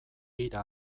bira